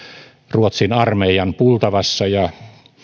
ruotsin armeijan pultavassa